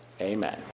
Amen